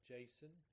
Jason